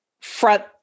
front